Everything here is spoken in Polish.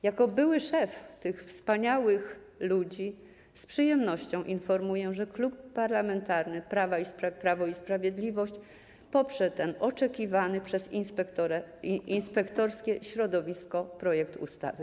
Jako były szef tych wspaniałych ludzi z przyjemnością informuję, że Klub Parlamentarny Prawo i Sprawiedliwość poprze ten oczekiwany przez inspektorskie środowisko projekt ustawy.